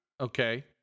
Okay